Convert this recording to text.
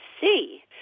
see